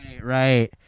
right